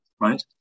right